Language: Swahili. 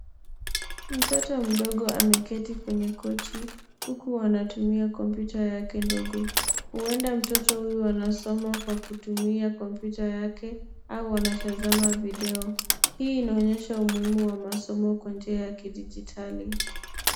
Mtoto mdogo ameketi kwenye kochi huku anatumia kompyuta yake ndogo . Huenda mtoto huyu anasoma kwa kutumia kompyuta yake au anatazama video. Hii inaonyesha umuhimu wa masomo kwa njia ya kidijitali .